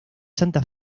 santa